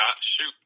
shoot